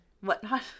whatnot